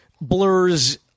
blurs